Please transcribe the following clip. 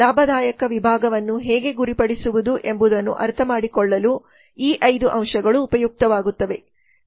ಲಾಭದಾಯಕ ವಿಭಾಗವನ್ನು ಹೇಗೆ ಗುರಿಪಡಿಸುವುದು ಎಂಬುದನ್ನು ಅರ್ಥಮಾಡಿಕೊಳ್ಳಲು ಈ 5 ಅಂಶಗಳು ಉಪಯುಕ್ತವಾಗುತ್ತವೆ